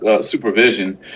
supervision